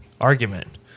argument